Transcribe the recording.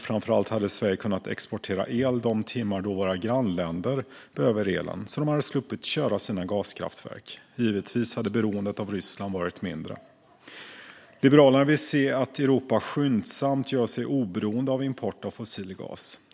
Framför allt hade Sverige kunnat exportera el de timmar då våra grannländer behöver elen så att de sluppit köra sina gaskraftverk. Givetvis hade beroendet av Ryssland varit mindre. Liberalerna vill se att Europa skyndsamt gör sig oberoende av import av fossil gas.